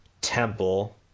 Temple